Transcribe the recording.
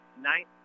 ninth